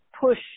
push